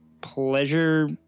pleasure